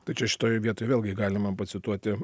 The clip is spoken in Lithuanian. tai čia šitoj vietoj vėlgi galima pacituoti